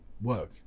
work